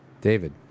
David